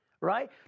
right